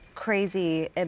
Crazy